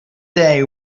day